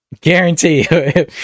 Guarantee